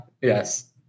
Yes